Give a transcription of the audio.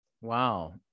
Wow